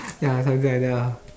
ya something like that lah